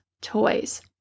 toys